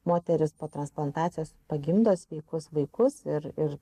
moteris po transplantacijos pagimdo sveikus vaikus ir ir